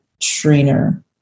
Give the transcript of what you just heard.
trainer